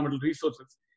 resources